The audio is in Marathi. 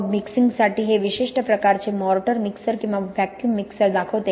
मग मिक्सिंगसाठी हे विशिष्ट प्रकारचे मॉर्टर मिक्सर किंवा व्हॅक्यूम मिक्सर दाखवते